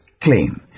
claim